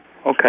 Okay